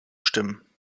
stimmen